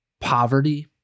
poverty